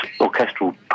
orchestral